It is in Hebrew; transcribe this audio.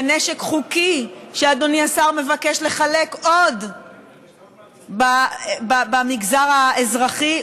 ונשק חוקי שאדוני השר מבקש לחלק עוד במגזר האזרחי,